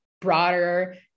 broader